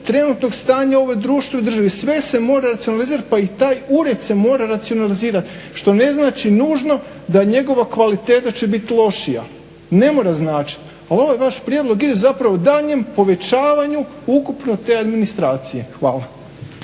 trenutnog stanja ovog društva i države. Sve se mora racionalizirati pa i taj ured se mora racionalizirati što ne znači nužno da njegova kvaliteta će biti lošija. Ne mora značiti. Ali ovaj prijedlog ide zapravo daljnjem povećavanju ukupno te administracije. Hvala.